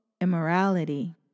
immorality